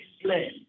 Explain